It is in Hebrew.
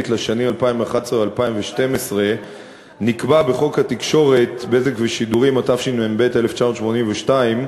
הצעת חוק התקשורת (בזק ושידורים) (תיקון מס' 57)